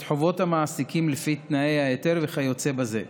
את חובות המעסיקים לפי תנאי ההיתר וכיוצא בזה.